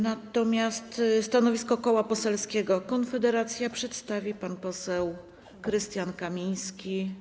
Natomiast stanowisko Koła Poselskiego Konfederacja przedstawi pan poseł Krystian Kamiński.